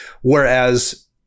whereas